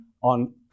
on